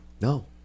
No